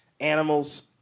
animals